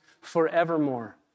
forevermore